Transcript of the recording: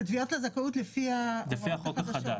תביעות לזכאות לפי החוק החדש.